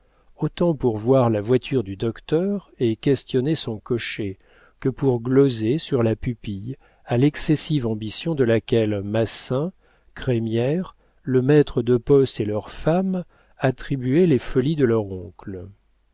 autant pour voir la voiture du docteur et questionner son cocher que pour gloser sur la pupille à l'excessive ambition de laquelle massin crémière le maître de poste et leurs femmes attribuaient les folies de leur oncle